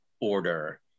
order